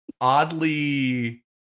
oddly